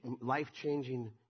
life-changing